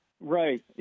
Right